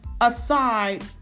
aside